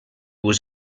was